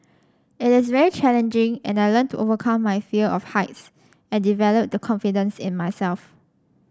it is very challenging and I learnt to overcome my fear of heights and develop the confidence in myself